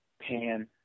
pan